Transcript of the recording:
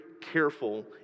careful